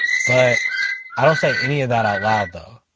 but i don't say any of that out loud though.